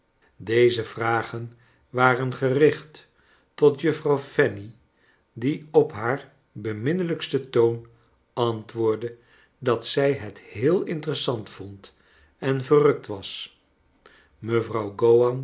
deze vragen waren gericht tot juffrouw fanny die op haar beminnelijksten toon antwoordde dat zij het heel interessant vond en verrukt was mevrouw